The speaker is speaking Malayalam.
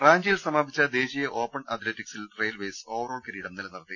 റാഞ്ചിയിൽ സമാപിച്ച ദേശീയ ഓപ്പൺ അത്ലറ്റിക്സിൽ റെയിൽവെസ് ഓവറോൾ കിരീടം നിലനിർത്തി